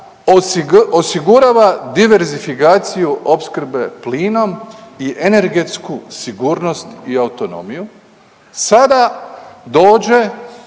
osigurava diverzifikaciju opskrbe plinom i energetsku sigurnost i autonomiju sada dođe